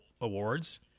awards